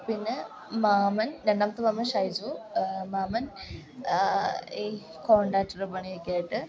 പിന്നെ മാമൻ രണ്ടാമത്തെ മാമൻ ഷൈജു മാമൻ ഈ കോൺട്രാക്ടർ പണിയൊക്കെ ആയിട്ട്